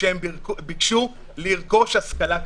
שהם ביקשו לרכוש השכלה כדין.